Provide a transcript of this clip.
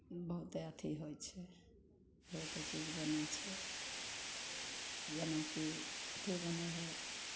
बहुते अथी होइत छै बहुते चीज बनैत छै जेनाकी अथी बनै है